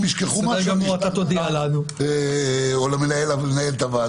אם ישכחו משהו, אני אודיע לך או למנהלת הוועדה.